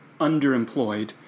underemployed